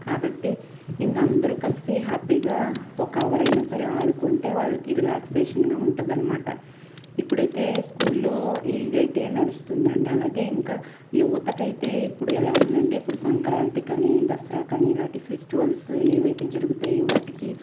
కాబట్టి ఇంక అందరూ కలిసి హ్యాపీగా ఒక హవర్ అయినా సరే ఆడుకుంటే వాళ్ళకి రిలాక్సేషన్గా ఉంటుందనమాట ఇప్పుడైతే స్కూల్లో ఇదైతే నడుస్తుందండి అలాగే ఇంకా యువతకు అయితే ఇప్పుడు ఎలా ఉందంటే ఇప్పుడు సంక్రాంతికి అని దసరాకి అని ఇలాంటి ఫెస్టివల్స్ ఏవి అయితే జరుగుతాయో వాటికి